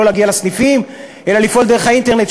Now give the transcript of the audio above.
להגיע לסניפים אלא לפעול דרך האינטרנט,